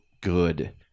good